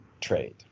trade